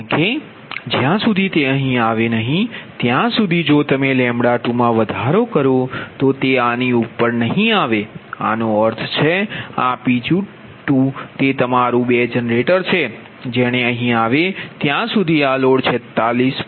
કારણ કે જ્યાં સુધી તે અહીં આવે નહીં ત્યાં સુધી જો તમે 2 મા વધારો કરો તો તે આની ઉપર નહીં આવે આનો અર્થ છે આ Pg2 તે તમારું તે બે જનરેટર છે જેણે અહી આવે ત્યાં સુધી આ લોડ 46